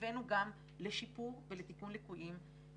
הבאנו גם לשיפור ולתיקון ליקויים.